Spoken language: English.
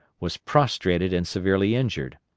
was prostrated and severely injured.